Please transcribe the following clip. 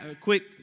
quick